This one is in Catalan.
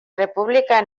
república